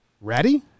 ready